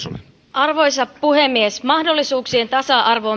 arvoisa puhemies mahdollisuuksien tasa arvo